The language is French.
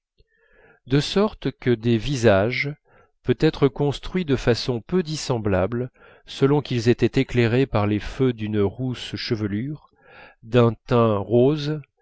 de sorte que des visages peut-être construits de façon peu dissemblable selon qu'ils étaient éclairés par les feux d'une rousse chevelure d'un teint rose